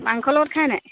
মাংসৰ লগত খাই নাই